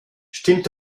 stimmt